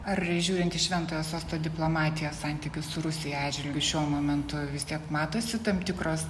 ar žiūrint į šventojo sosto diplomatijos santykius su rusija atžvilgiu šiuo momentu vis tiek matosi tam tikros